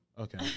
Okay